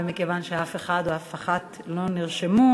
ומכיוון שאף אחד או אף אחת לא נרשמו,